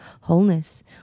wholeness